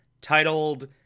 titled